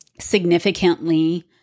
significantly